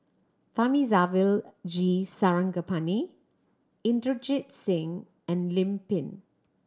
Thamizhavel G Sarangapani Inderjit Singh and Lim Pin